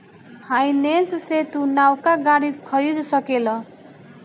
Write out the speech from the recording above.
finance से तू नवका गाड़ी खरीद सकेल